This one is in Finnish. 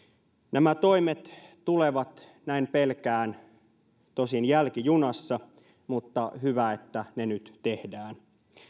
nämä toimet tulevat näin pelkään tosin jälkijunassa mutta on hyvä että ne nyt tehdään